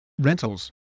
rentals